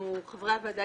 חברי הוועדה